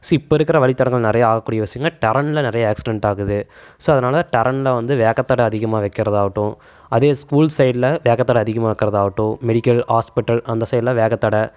C இப்போ இருக்கிற வழித்தடங்கல் நிறையா ஆக கூடிய விஷயங்கள்ல டரன்ல நிறைய ஆக்சிடென்ட்டாகுது ஸோ அதனால டரன்ல வந்து வேகத்தடை அதிகமாக வைக்கறதாவட்டும் அதே ஸ்கூல் சைட்ல வேகத்தடை அதிகமாக வைக்கறதாவட்டும் மெடிக்கல் ஹாஸ்பிட்டல் அந்த சைட்லாம் வேகத்தடை